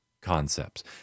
concepts